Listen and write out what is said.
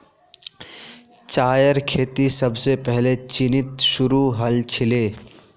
चायेर खेती सबसे पहले चीनत शुरू हल छीले